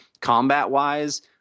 combat-wise